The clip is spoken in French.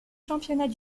championnats